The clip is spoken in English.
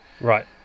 Right